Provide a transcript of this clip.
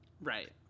right